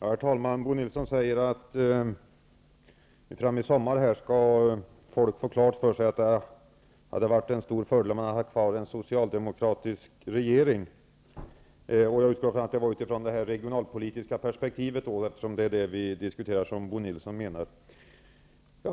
Herr talman! Bo Nilsson säger att fram i sommar skall folk få klart för sig att det hade varit en stor fördel om man hade haft kvar en socialdemokratisk regering. Jag utgår från att Bo Nilsson då avser det regionalpolitiska perspektivet, eftersom det är det vi diskuterar.